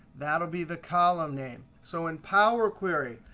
that will be the column name. so in power query,